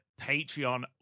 Patreon